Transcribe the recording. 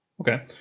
Okay